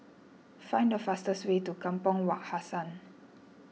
find the fastest way to Kampong Wak Hassan